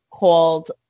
called